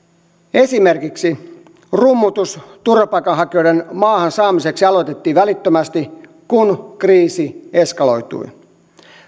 esimerkiksi rummutus turvapaikanhakijoiden maahan saamiseksi aloitettiin välittömästi kun kriisi eskaloitui